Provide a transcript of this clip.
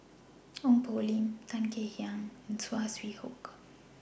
Ong Poh Lim Tan Kek Hiang and Saw Swee Hock